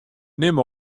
nim